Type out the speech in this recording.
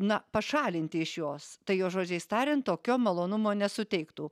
na pašalinti iš jos tai jo žodžiais tariant tokio malonumo nesuteiktų